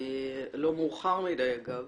לא מאוחר מדי, אגב,